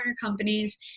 companies